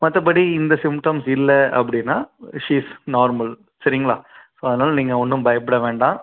மற்றபடி இந்த சிம்டம்ஸ் இல்லை அப்படின்னா ஷி இஸ் நார்மல் சரிங்களா அதனால் நீங்கள் ஒன்றும் பயப்பட வேண்டாம்